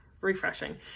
refreshing